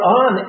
on